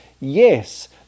Yes